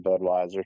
Budweiser